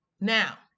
Now